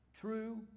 true